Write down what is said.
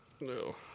no